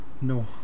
No